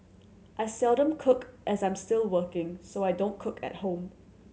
I seldom cook as I'm still working so I don't cook at home